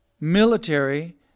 military